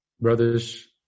Brothers